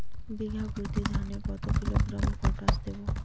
বিঘাপ্রতি ধানে কত কিলোগ্রাম পটাশ দেবো?